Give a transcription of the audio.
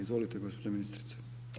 Izvolite gospođo ministrice.